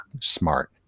smart